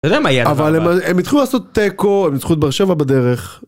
אבל הם התחילו לעשות תיקו, הם ניצחו את באר שבע בדרך.